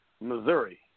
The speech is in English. Missouri